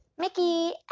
Mickey